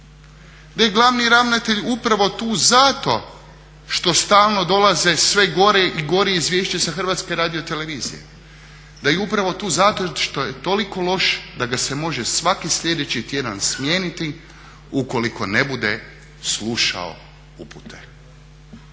da je glavni ravnatelj upravo tu zato što stalno dolaze sve gora i gora izvješća sa HRT-a, da je upravu tu zato što je toliko loš da ga se može svaki sljedeći tjedan smijeniti ukoliko ne bude slušao upute?